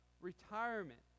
retirement